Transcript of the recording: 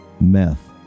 Meth